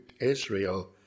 Israel